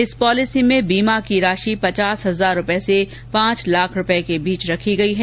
इस पॉलिसी में बीमा की राशि पचास हजार से पांच लाख रूपये के बीच रखी गई है